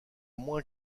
moins